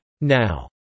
Now